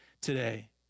today